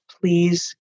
please